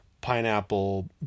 pineapple